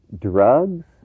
Drugs